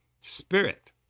spirit